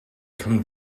come